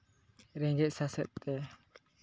ᱨᱮᱸᱜᱮᱡ ᱥᱟᱥᱮᱛ ᱛᱮ